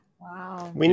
Wow